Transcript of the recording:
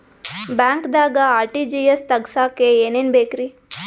ಬ್ಯಾಂಕ್ದಾಗ ಆರ್.ಟಿ.ಜಿ.ಎಸ್ ತಗ್ಸಾಕ್ ಏನೇನ್ ಬೇಕ್ರಿ?